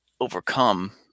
overcome